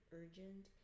urgent